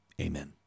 Amen